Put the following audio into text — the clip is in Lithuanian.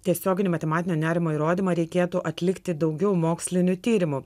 tiesioginį matematinio nerimo įrodymą reikėtų atlikti daugiau mokslinių tyrimų